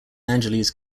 angeles